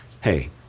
hey